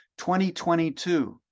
2022